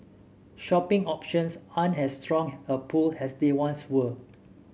shopping options aren't as strong a pull as they once were